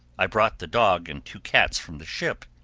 i brought the dog and two cats from the ship.